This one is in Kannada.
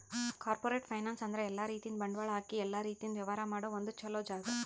ಕಾರ್ಪೋರೇಟ್ ಫೈನಾನ್ಸ್ ಅಂದ್ರ ಎಲ್ಲಾ ರೀತಿಯಿಂದ್ ಬಂಡವಾಳ್ ಹಾಕಿ ಎಲ್ಲಾ ರೀತಿಯಿಂದ್ ವ್ಯವಹಾರ್ ಮಾಡ ಒಂದ್ ಚೊಲೋ ಜಾಗ